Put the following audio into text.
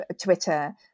Twitter